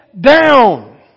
down